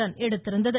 run எடுத்திருந்தது